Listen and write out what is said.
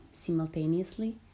Simultaneously